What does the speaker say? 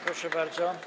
Proszę bardzo.